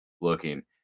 looking